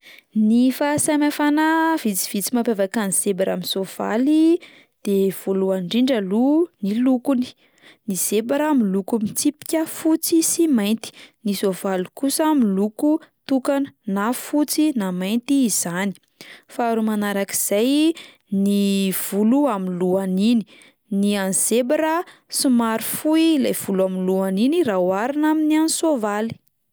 Ny fahasamihafana vitsivitsy mampiavaka ny zebra amin'ny soavaly de voalohany indrindra aloha ny lokony, ny zebra miloko mitsipika fotsy sy mainty, ny soavaly kosa miloko tokana na fotsy na mainty izany, faharoa manarak'izay ny volo amin'ny lohany iny, ny an'ny zebra somary fohy ilay volo amin'ny lohany iny raha oharina amin'ny an'ny soavaly.